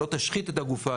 שלא תשחית את הגופה.